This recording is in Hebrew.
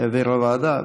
להעביר לוועדה?